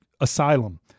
asylum